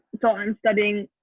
so i'm studying